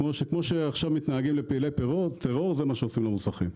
כמו שעכשיו מתנהגים לפעילי טרור זה מה שעושים למוסכים.